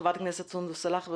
חברת הכנסת סונדוס סאלח.